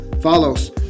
Follows